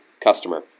customer